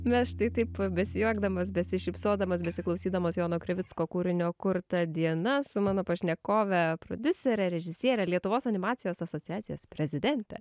na štai taip besijuokdamas besišypsodamas besiklausydamas jono krivicko kūrinio kur ta diena su mano pašnekove prodiusere režisiere lietuvos animacijos asociacijos prezidente